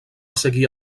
seguir